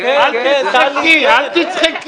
משרד